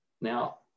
now